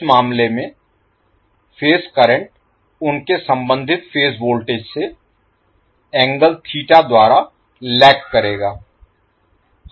उस मामले में फेज करंट उनके संबंधित फेज वोल्टेज से एंगल थीटा द्वारा लैग Lag पीछे करेगा